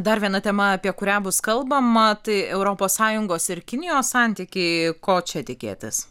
dar viena tema apie kurią bus kalbama tai europos sąjungos ir kinijos santykiai ko čia tikėtis